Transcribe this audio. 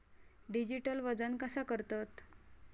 Digital वजन कसा करतत?